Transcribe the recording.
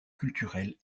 culturelle